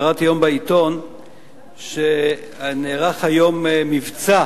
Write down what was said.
שקראתי היום בעיתון שנערך היום מבצע